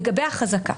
לגבי החזקה.